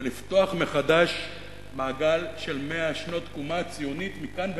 ולפתוח מחדש מעגל של 100 שנות תקומה ציונית מכאן והלאה,